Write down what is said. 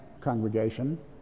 congregation